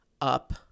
up